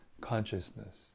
Consciousness